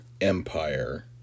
Empire